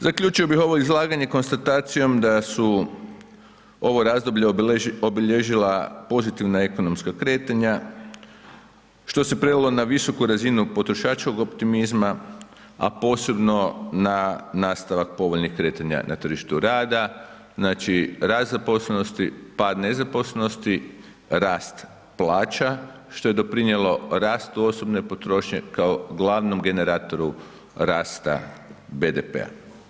Zaključio bih ovo izlaganje konstatacijom da su ovo razdoblje obilježila pozitivna ekonomska kretanja što se prelilo na visoku razinu potrošačkog optimizma, a posebno na nastavak povoljnih kretanja na tržištu rada, znači rast zaposlenosti, pad nezaposlenosti, rast plaća što je doprinijelo rastu osobne potrošnje kao glavnom generatoru rasta BDP-a.